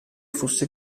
fosse